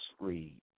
read